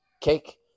cake